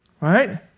Right